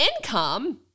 income